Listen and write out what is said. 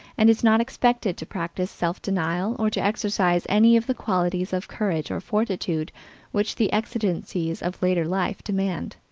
and is not expected to practice self-denial or to exercise any of the qualities of courage or fortitude which the exigencies of later life demand.